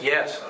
Yes